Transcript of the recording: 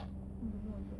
I don't know also